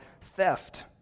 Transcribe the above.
theft